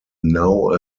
now